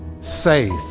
safe